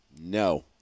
no